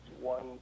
one